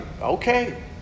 okay